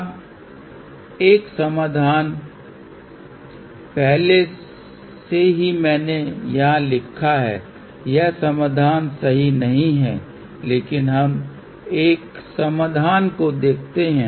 अब एक समाधान पहले से ही मेने यहाँ लिखा है यह समाधान सही नही है लेकिन हम एक समाधान को देखते हैं